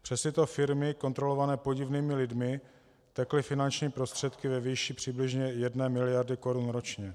Přes tyto firmy kontrolované podivnými lidmi tekly finanční prostředky ve výši přibližně 1 mld. korun ročně.